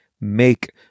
make